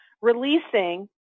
releasing